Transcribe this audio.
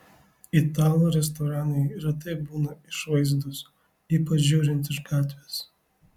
italų restoranai retai būna išvaizdūs ypač žiūrint iš gatvės